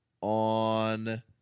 on